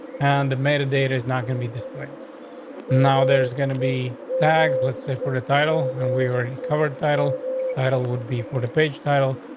and the meta data is not gonna be displayed now. there's gonna be tags, let's say for the title and we were covered. title title would be for the page title.